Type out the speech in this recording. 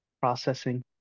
processing